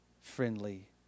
friendly